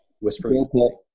whispering